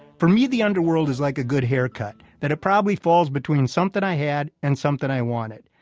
for me the underworld is like a good haircut, that it probably falls between something i had and something i wanted.